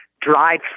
dried